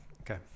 Okay